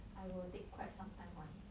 I will take quite some time [one]